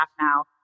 now